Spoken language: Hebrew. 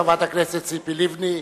חברת הכנסת ציפי לבני.